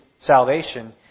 salvation